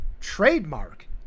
Trademark